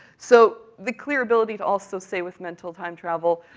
so, the clear ability to also say, with mental time travel,